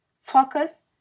Focus